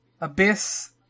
Abyss